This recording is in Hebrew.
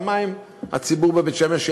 פעמיים הציבור בבית-שמש,